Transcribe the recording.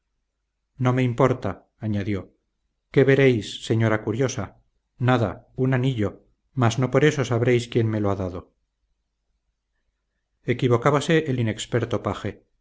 no me importa añadió qué veréis señora curiosa nada un anillo mas no por eso sabréis quién me lo ha dado equivocábase el inexperto paje